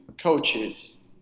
coaches